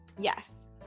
Yes